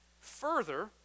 Further